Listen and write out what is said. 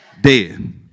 Dead